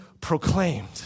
proclaimed